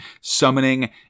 summoning